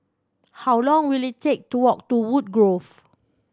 how long will it take to walk to Woodgrove